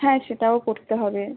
হ্যাঁ সেটাও করতে হবে